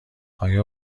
آیا